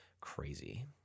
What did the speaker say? crazy